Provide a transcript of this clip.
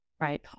right